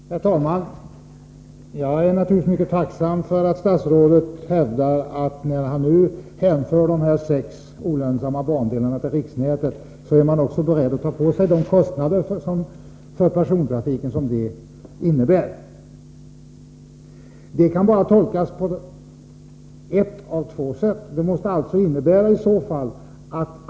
Herr talman! Jag är naturligtvis mycket tacksam för att statsrådet hävdar att man, när man nu hänför dessa sex olönsamma bandelar till riksnätet, också är beredd att ta på sig de kostnader för persontrafiken som detta innebär. Det kan bara tolkas på ett av två sätt.